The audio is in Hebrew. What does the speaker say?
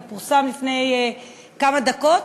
זה פורסם לפני כמה דקות,